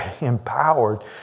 empowered